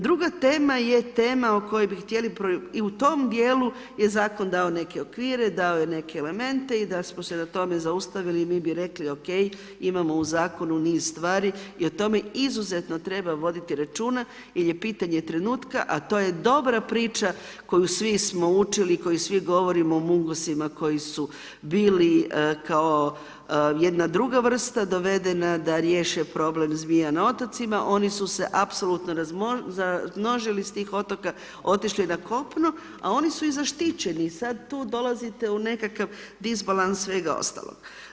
Druga tema je tema o kojoj bi htjela, i u tom dijelu je zakon dao neke okvire, dao je neke elemente i da smo se na tome zaustavili mi bi rekli ok, imamo u Zakonu niz stvari i o tome izuzetno treba voditi računa, jer je pitanje trenutka, a to je dobra priča koju svi smo učili, koju svi govorimo o mungosima koji su bili kao jedna druga vrsta dovedena da riješe problem zmija na otocima, oni su se apsolutno razmnožili s tih otoka, otišli na kopno, a oni su i zaštićeni i sad tu dolazite u nekakav disbalans svega ostaloga.